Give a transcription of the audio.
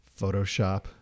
Photoshop